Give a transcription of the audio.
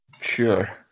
Sure